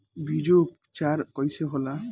बीजो उपचार कईसे होला?